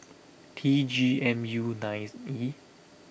T G M U nine E